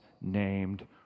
named